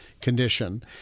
condition